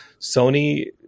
Sony